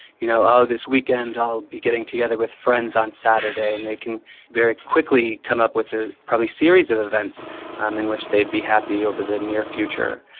you know oh, this weekend i'll be getting together with friends on saturday' and they can very quickly come up with a probably series of events um in which they'd be happy over the near future.